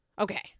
Okay